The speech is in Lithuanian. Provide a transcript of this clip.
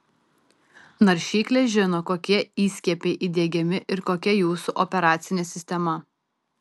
naršyklė žino kokie įskiepiai įdiegiami ir kokia jūsų operacinė sistema